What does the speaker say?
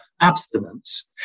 abstinence